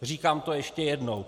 Říkám to ještě jednou.